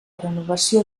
renovació